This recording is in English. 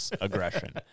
aggression